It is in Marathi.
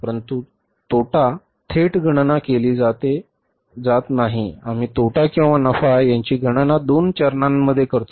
परंतु तोटा थेट गणना केली जात नाही आम्ही तोटा किंवा नफा याची गणना दोन चरणांमध्ये करतो